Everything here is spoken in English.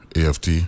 AFT